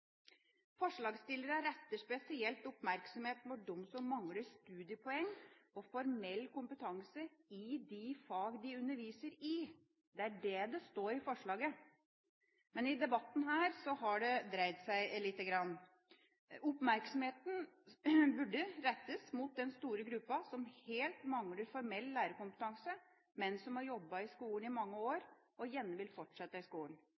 retter spesielt oppmerksomheten mot dem som mangler studiepoeng og formell kompetanse i de fag de underviser i – det er det som tas opp i forslaget. Men i debatten her har det dreid seg lite grann. Oppmerksomheten burde rettes mot den store gruppen som helt mangler formell lærerkompetanse, men som har jobbet i skolen i mange år og gjerne vil fortsette i skolen.